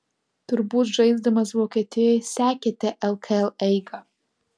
turbūt žaisdamas vokietijoje sekėte lkl eigą